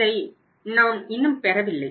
இதை நாம் இன்னும் பெறவில்லை